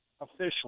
Officially